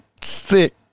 thick